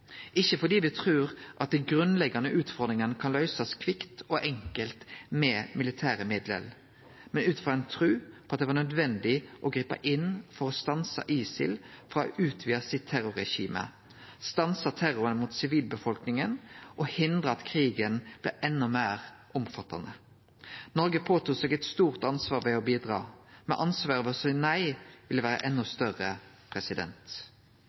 ikkje fordi me trur at den grunnleggjande utfordringa kan løysast kvikt og enkelt med militære middel, men ut frå ei tru på at det var nødvendig å gripe inn for å stanse ISIL frå å utvide terrorregimet sitt, stanse terroren mot sivilbefolkninga og hindre at krigen blei enda meir omfattande. Noreg tok på seg eit stort ansvar ved å bidra, men ansvaret ved å si nei ville